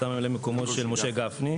אתה ממלא מקומו של משה גפני,